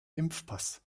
impfpass